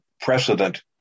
precedent